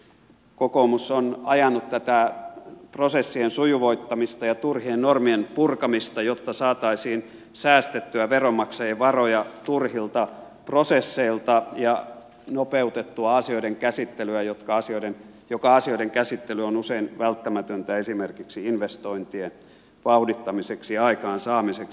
kokoomus on ajanut tätä prosessien sujuvoittamista ja turhien normien purkamista jotta saataisiin säästettyä veronmaksajien varoja turhilta prosesseilta ja nopeutettua asioiden käsittelyä joka on usein välttämätöntä esimerkiksi investointien vauhdittamiseksi ja aikaansaamiseksi